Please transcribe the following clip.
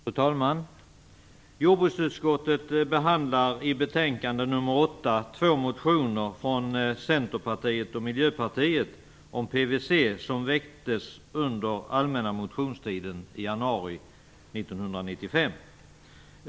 Fru talman! Jordbruksutskottet behandlar i betänkande nr 8 två motioner från Centerpartiet och Miljöpartiet om PVC som väcktes under den allmänna motionstiden i januari 1995.